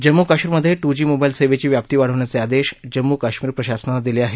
जम्मू कश्मीरमधे ू G mobile सेवेची व्याप्ती वाढवण्याचे आदेश जम्मू कश्मीर प्रशासनानं दिले आहेत